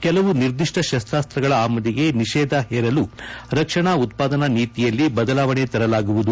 ಕೆಲವು ನಿರ್ದಿಷ್ಟ ಶಸ್ತ್ರಾಸ್ತ್ರಗಳ ಆಮದಿಗೆ ನಿಷೇಧ ಹೇರಲು ರಕ್ಷಣಾ ಉತ್ಪಾದನಾ ನೀತಿಯಲ್ಲಿ ಬದಲಾವಣೆ ತರಲಾಗುವುದು